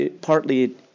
Partly